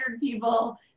people